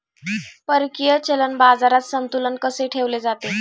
परकीय चलन बाजारात संतुलन कसे ठेवले जाते?